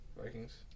Vikings